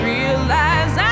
Realize